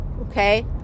Okay